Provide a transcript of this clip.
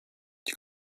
die